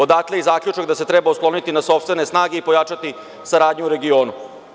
Odatle i zaključak da se treba osloniti na sopstvene snage i pojačati saradnju u regionu.